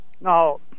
Now